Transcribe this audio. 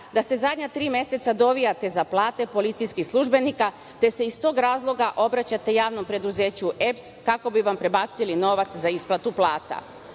da se zadnja tri meseca dovijate za plate policijskih službenika te se iz tog razloga obraćate javnom preduzeću EPS kako bi vam prebacili novac za isplatu